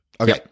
Okay